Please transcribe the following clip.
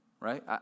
right